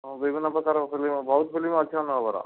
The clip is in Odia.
ହଁ ବିଭିନ୍ନ ପ୍ରକାର ଫିଲ୍ମ ବହୁତ ଫିଲ୍ମ ଅଛି ଅନୁଭବ ର